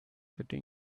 setting